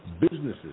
businesses